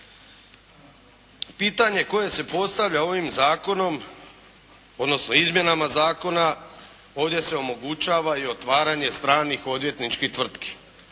Pitanje koje se postavlja ovim zakonom, odnosno izmjenama zakona ovdje se omogućava i otvaranje stranih odvjetničkih tvrtki.